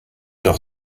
doch